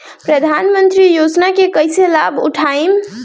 प्रधानमंत्री योजना के कईसे लाभ उठाईम?